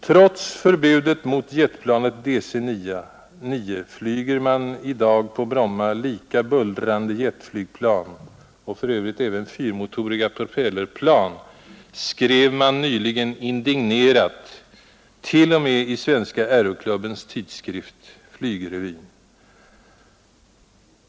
Trots förbudet mot jetplanet DC-9 flyger man i dag på Bromma lika bullrande jetflygplan, och för övrigt även fyrmotoriga propellerplan, skrevs det nyligen indignerat t.o.m. i Svenska aeroklubbens tidskrift Flygrevyn.